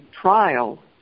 trial